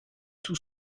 tout